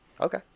Okay